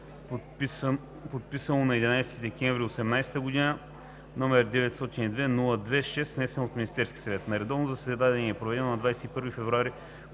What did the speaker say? подписано на 11 декември 2018 г., № 902-02-6, внесен от Министерския съвет На редовно заседание, проведено на 21 февруари